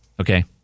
Okay